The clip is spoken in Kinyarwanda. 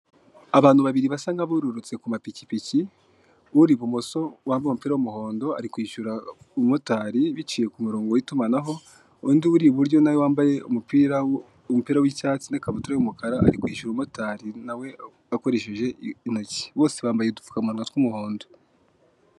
Abantu babiri basa nk'abururutse ku mapikipiki, uri ibumoso wambaye umupira w'umuhondo ari kwishyura umumotari biciye ku murongo w'itumanaho, undi uri iburyo nawe wambaye umupira w'icyatsi n'ikabutura y'umukara ari kwishyura umumotari nawe akoresheje intoki, bose bambaye udupfukamunwa tw'umuhondo.